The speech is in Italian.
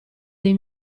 dei